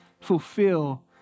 fulfill